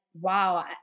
wow